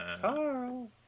Carl